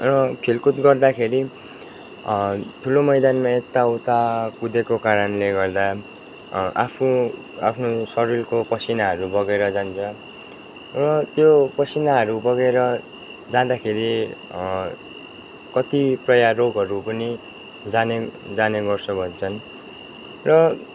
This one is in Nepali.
र खेलकुद गर्दाखेरि ठुलो मैदानमा यताउता कुदेको कारणले गर्दा आफू आफ्नो शरीरको पसिनाहरू बगेर जान्छ र त्यो पसिनाहरू बगेर जाँदाखेरि कतिपय रोगहरू पनि जाने जाने गर्छ भन्छन् र